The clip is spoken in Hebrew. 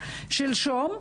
שלשום,